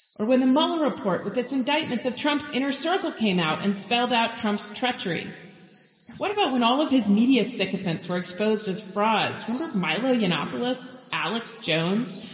or when the mueller report, with its indictments of trump's inner circle, came out and spelled out trump's treachery. and what about when all of his media sycophants were exposed as frauds from milo yeah monopolists alex jones?